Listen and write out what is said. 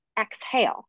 exhale